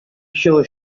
sure